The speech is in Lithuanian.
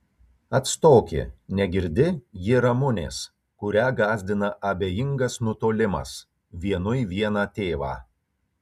atstoki negirdi ji ramunės kurią gąsdina abejingas nutolimas vienui vieną tėvą